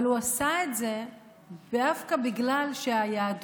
אבל הוא עשה את זה דווקא בגלל שהיהדות